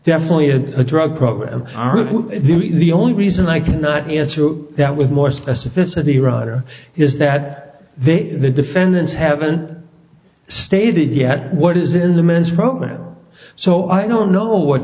definitely had a drug program the only reason i cannot answer that with more specificity rider is that they the defendants haven't stated yet what is in the man's program so i don't know what